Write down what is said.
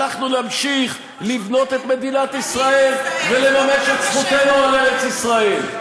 ואנחנו נמשיך לבנות את מדינת ישראל ולממש את זכותנו על ארץ-ישראל.